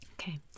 Okay